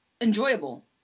enjoyable